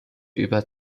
über